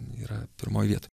yra pirmoj vietoj